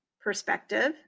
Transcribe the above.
perspective